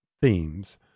themes